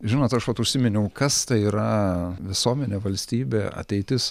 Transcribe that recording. žinot aš vat užsiminiau kas tai yra visuomenė valstybė ateitis